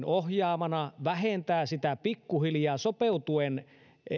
ohjaamana vähentää sitä pikkuhiljaa sopeutuen